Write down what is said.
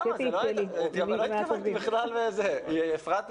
כיתה י"ב, זה כבר מראה